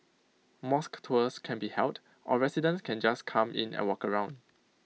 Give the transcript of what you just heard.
mosque tours can be held or residents can just come in and walk around